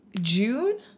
June